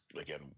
again